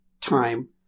time